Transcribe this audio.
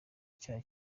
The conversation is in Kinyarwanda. cya